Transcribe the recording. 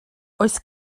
oes